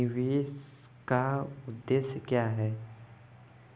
निवेश का उद्देश्य क्या है?